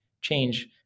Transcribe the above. change